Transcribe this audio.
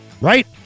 Right